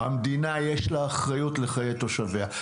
למדינה יש אחריות לחיי תושביה.